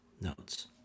notes